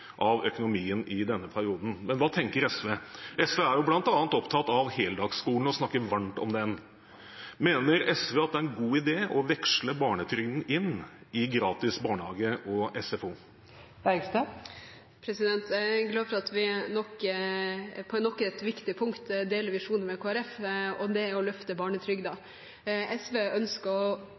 av økonomien i denne perioden. Men hva tenker SV? SV er bl.a. opptatt av heldagsskolen og snakker varmt om den. Mener SV at det er en god idé å veksle barnetrygden inn i gratis barnehage og SFO? Jeg er glad for at vi på nok et viktig punkt deler visjon med Kristelig Folkeparti, å løfte barnetrygden. SV ønsker å